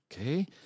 Okay